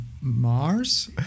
Mars